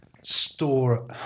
store